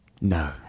No